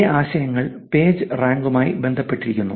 അതേ ആശയങ്ങൾ പേജ് റാങ്കുമായി ബന്ധിപ്പിച്ചിരിക്കുന്നു